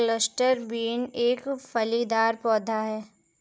cluster bean एक फलीदार पौधा है